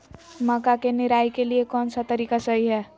मक्का के निराई के लिए कौन सा तरीका सही है?